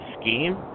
scheme